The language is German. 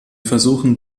versuchen